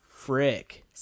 frick